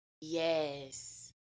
Yes